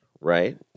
right